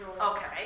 Okay